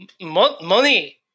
Money